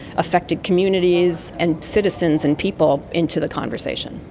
affected communities, and citizens and people into the conversation.